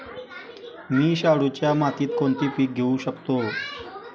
मी शाडूच्या मातीत कोणते पीक घेवू शकतो?